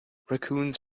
raccoons